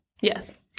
Yes